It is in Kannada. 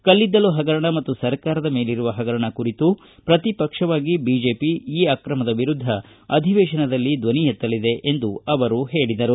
ಕಲ್ಲಿದ್ದಲು ಹಗರಣ ಮತ್ತು ಸರ್ಕಾರದ ಮೇಲಿರುವ ಹಗರಣ ಕುರಿತು ವಿಪಕ್ಷವಾಗಿ ಬಿಜೆಪಿ ಈ ಅಕ್ರಮದ ವಿರುದ್ಧ ಅಧಿವೇಶನದಲ್ಲಿ ಧ್ವನಿ ಎತ್ತಲಿದೆ ಎಂದು ಅವರು ಹೇಳಿದರು